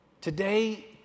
Today